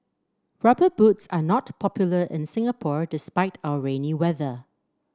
rubber boots are not popular in Singapore despite our rainy weather